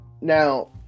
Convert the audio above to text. Now